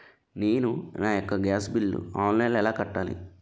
నేను నా యెక్క గ్యాస్ బిల్లు ఆన్లైన్లో ఎలా కట్టాలి?